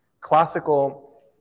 Classical